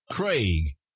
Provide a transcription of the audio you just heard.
Craig